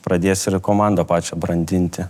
pradės yra komandą pačią brandinti